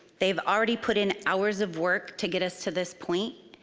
they've already put in hours of work to get us to this point,